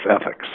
ethics